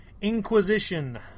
Inquisition